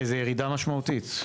זה ירידה משמעותית,